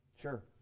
Sure